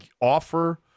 offer